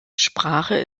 sprache